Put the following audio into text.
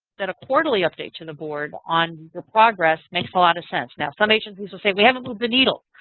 that a quarterly update to the board on the progress makes a lot of sense. now some agencies will say, we haven't moved the needle.